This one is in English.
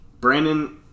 Brandon